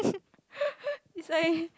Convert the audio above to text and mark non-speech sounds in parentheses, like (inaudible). (laughs) is I